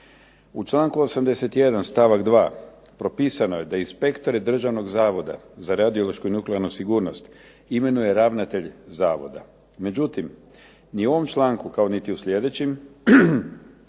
U članku 81. stavak 2. propisano je da inspektori Državnog zavoda za radiološku i nuklearnu sigurnost imenuje ravnatelj zavoda. Međutim, ni u ovom članku kao niti u sljedećim